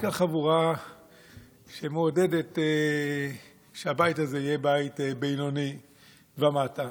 יש כאן חבורה שמעודדת שהבית הזה יהיה בית בינוני ומטה